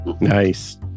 Nice